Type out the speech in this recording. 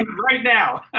right now.